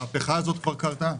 המהפכה הזאת כבר קרתה.